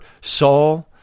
Saul